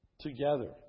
together